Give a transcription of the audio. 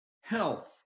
health